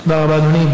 תודה רבה, אדוני.